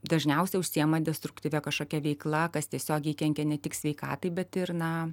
dažniausiai užsiima destruktyvia kažkokia veikla kas tiesiogiai kenkia ne tik sveikatai bet ir na